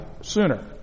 sooner